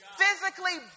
physically